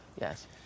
Yes